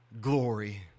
glory